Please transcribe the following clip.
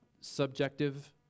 subjective